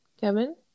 Kevin